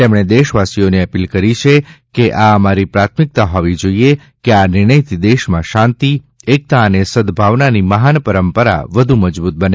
તેમણે દેશવાસીઓને અપીલ કરી છેકે આ અમારી પ્રાથમિકતા હોવી જોઈએ કે આ નિર્ણયથી દેશમાં શાંતિ એકતા અને સદભાવનાની મહાન પરંપરા વધુ મજબૂત બને